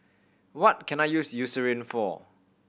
what can I use Eucerin for